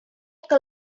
que